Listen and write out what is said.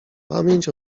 pamięć